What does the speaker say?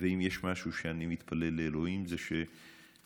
ואם יש משהו שאני מתפלל לאלוהים זה שמחליפי,